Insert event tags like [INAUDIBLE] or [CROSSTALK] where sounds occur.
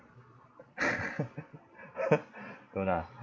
[LAUGHS] don't ah